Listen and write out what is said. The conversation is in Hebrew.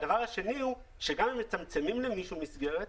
הדבר השני הוא שגם אם מצמצמים למישהו מסגרת,